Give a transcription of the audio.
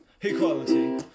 equality